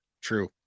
True